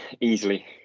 easily